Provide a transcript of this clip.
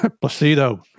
Placido